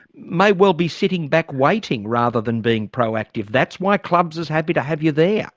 may well be sitting back waiting rather than being proactive. that's why clubs is happy to have you there.